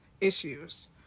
issues